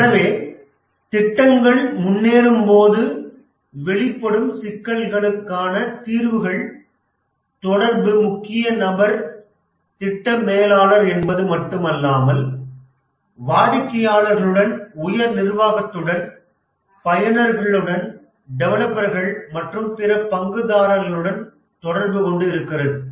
எனவே திட்டங்கள் முன்னேறும்போது வெளிப்படும் சிக்கல்களுக்கான தீர்வுகள் தொடர்பு முக்கிய நபர் திட்ட மேலாளர் என்பது மட்டுமல்லாமல் வாடிக்கையாளர்களுடன் உயர் நிர்வாகத்துடன் பயனர்களுடன் டெவலப்பர்கள் மற்றும் பிற பங்குதாரர்களுடனும் தொடர்பு கொண்டு இருக்கிறது